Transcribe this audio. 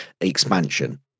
expansion